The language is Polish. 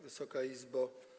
Wysoka Izbo!